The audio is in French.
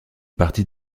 partie